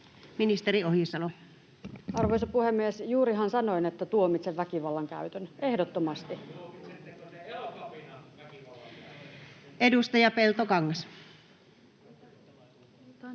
Ministeri Ohisalo. Arvoisa puhemies! Juurihan sanoin, että tuomitsen väkivallan käytön, ehdottomasti. [Perussuomalaisten ryhmästä: Entä tuomitsetteko te Elokapinan väkivallan käytön?] Edustaja Peltokangas. Kiitos,